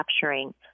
capturing